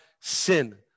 sin